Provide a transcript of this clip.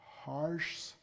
harsh